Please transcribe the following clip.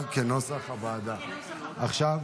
כנוסח הוועדה, עבר.